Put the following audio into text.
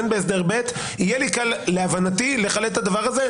בין בהסדר ב' יהיה לי קל להבנתי לחלט את הדבר הזה.